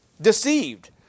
Deceived